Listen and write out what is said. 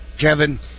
Kevin